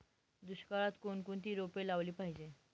दुष्काळात कोणकोणती रोपे लावली पाहिजे?